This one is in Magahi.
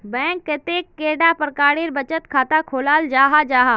बैंक कतेक कैडा प्रकारेर बचत खाता खोलाल जाहा जाहा?